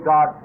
God